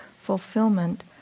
fulfillment